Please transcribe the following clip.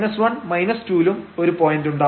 1 2 ലും ഒരു പോയന്റ് ഉണ്ടാവും